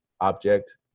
object